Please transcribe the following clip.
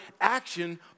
action